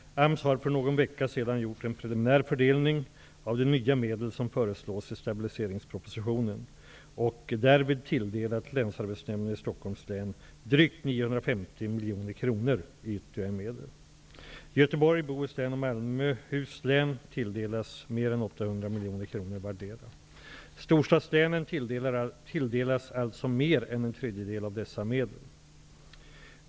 AMS har för någon vecka sedan gjort en preliminär fördelning av de nya medel som föreslås i stabiliseringspropositionen och därvid tilldelat länsarbetsnämnden i Stockholms län drygt 950 miljoner kronor vardera. Storstadslänen tilldelas alltså mer än en tredjedel av dessa medel.